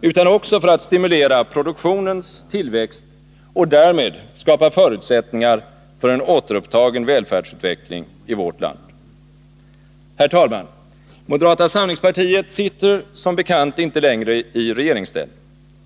utan också för att stimulera produktionens tillväxt och därmed skapa förutsättningar för en återupptagen välfärdsutveckling i vårt land. Herr talman! Moderata samlingspartiet sitter som bekant inte längre i regeringsställning.